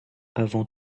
avant